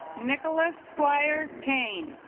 nicholas squire kane